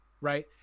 Right